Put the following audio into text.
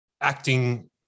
acting